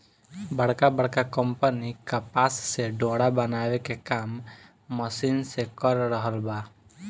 बड़का बड़का कंपनी कपास से डोरा बनावे के काम मशीन से कर रहल बा